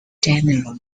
general